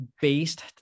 based